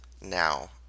now